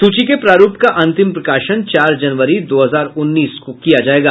सूची के प्रारूप का अंतिम प्रकाशन चार जनवरी दो हजार उन्नीस को होगा